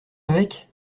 avec